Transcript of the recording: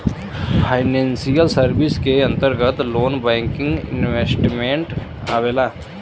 financial service क अंतर्गत loan banking investment आवेला